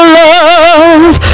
love